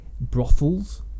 Brothels